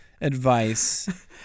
advice